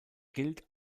gilt